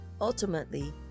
Ultimately